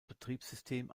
betriebssystem